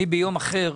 אני ביום אחר,